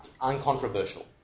uncontroversial